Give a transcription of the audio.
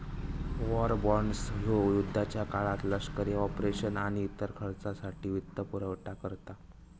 war bonds ह्यो युद्धाच्या काळात लष्करी ऑपरेशन्स आणि इतर खर्चासाठी वित्तपुरवठा करता